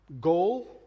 goal